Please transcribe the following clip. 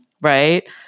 right –